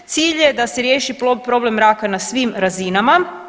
Cilj je da se riješi problem raka na svim razinama.